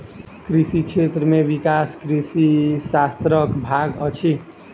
कृषि क्षेत्र में विकास कृषि अर्थशास्त्रक भाग अछि